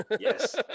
Yes